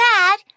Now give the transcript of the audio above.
Dad